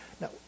Now